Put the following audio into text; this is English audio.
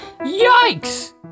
Yikes